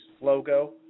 logo